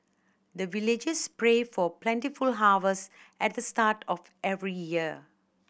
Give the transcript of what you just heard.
the villagers pray for plentiful harvest at the start of every year